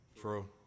True